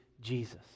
Jesus